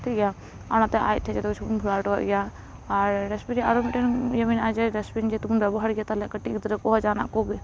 ᱴᱷᱤᱠ ᱜᱮᱭᱟ ᱟᱨ ᱱᱚᱛᱮ ᱟᱡ ᱴᱷᱮᱡ ᱡᱚᱛᱚ ᱠᱤᱪᱷᱩ ᱵᱚᱱ ᱵᱷᱚᱨᱟᱣᱴᱚ ᱠᱟᱜ ᱜᱮᱭᱟ ᱟᱨ ᱰᱟᱥᱵᱤᱱ ᱨᱮ ᱟᱨᱚ ᱢᱤᱫᱴᱮᱱ ᱤᱭᱟᱹ ᱢᱮᱱᱟᱜᱼᱟ ᱡᱮ ᱰᱟᱥᱵᱤᱱ ᱡᱮᱦᱮᱛᱩ ᱵᱚᱱ ᱵᱮᱵᱚᱦᱟ ᱜᱮᱭᱟ ᱛᱟᱦᱚᱞᱮ ᱠᱟᱹᱴᱤᱡ ᱜᱤᱫᱽᱨᱟᱹ ᱠᱚᱦᱚᱸ ᱡᱟᱦᱟᱸ ᱱᱟᱜ